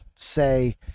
say